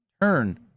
turn